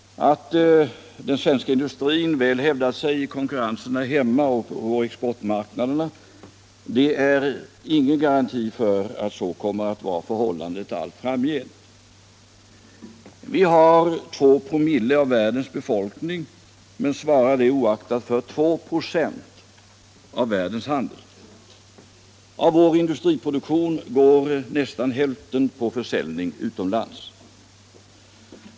Att den svenska industrin väl hävdat sig i konkurrensen här hemma och på exportmarknaderna är ingen garanti för att så kommer att vara förhållandet allt framgent. Vi har 2 4. av världens befolkning men svarar det oaktat för 2 26 av världshandeln. Av vår industriproduktion går nästan hälften till försäljning utomlands.